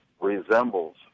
resembles